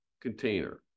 container